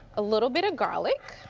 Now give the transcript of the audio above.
a little bit of garlic.